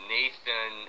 Nathan